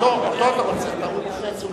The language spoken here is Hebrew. חבר הכנסת טיבי, אתה יודע שבין